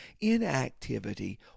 inactivity